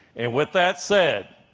and with that said,